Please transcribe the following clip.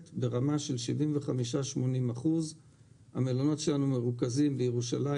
ברמה של 75% 80%. המלונות שלנו מרוכזים בירושלים,